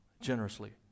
generously